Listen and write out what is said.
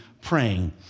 praying